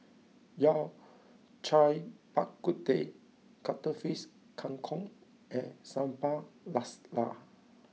Yao Cai Bak Kut Teh Cuttlefish Kang Kong and Sambal Lasla